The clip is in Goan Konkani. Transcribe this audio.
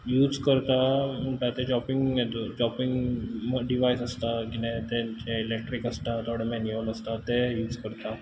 यूज करतां म्हणटा तें चॉपींग हेतूर चॉपींग म डिवायस आसता कितें तेंचे इलॅक्ट्रीक आसता थोडें मॅन्युअल आसता ते यूज करता